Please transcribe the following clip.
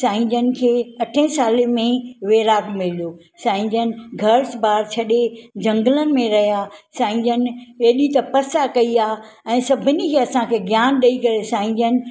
साईं जनि खे अठे सालु में विराग मिलियो साईं जनि घरु बार छॾे झंगलनि में रहिया साईं जनि एॾी तपस्या कई आहे ऐं सभिनी खे असांखे ज्ञान ॾेई करे साईं जनि